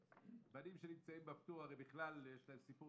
בנים שנמצאים בפטור בכלל יש להם סיפור,